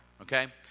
okay